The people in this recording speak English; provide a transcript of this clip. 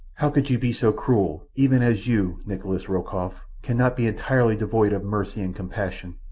how could you be so cruel even as you nikolas rokoff cannot be entirely devoid of mercy and compassion?